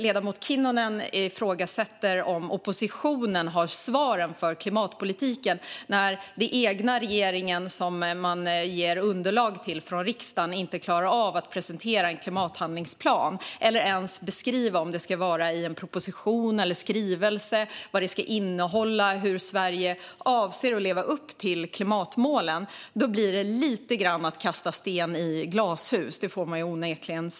Ledamoten Kinnunen ifrågasätter om oppositionen har svaren för klimatpolitiken när den egna regeringen, som man utgör underlag för i riksdagen, inte klarar av att presentera en klimathandlingsplan. Man klarar inte ens att beskriva om det ska vara i form av en proposition eller en skrivelse, vad den ska innehålla eller hur Sverige avser att leva upp till klimatmålen. Det blir onekligen lite grann att kasta sten i glashus.